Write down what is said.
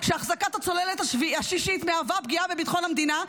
שהחזקת הצוללת השישית מהווה פגיעה בביטחון המדינה.